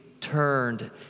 turned